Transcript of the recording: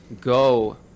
go